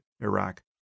Iraq